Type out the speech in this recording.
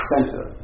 center